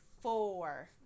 four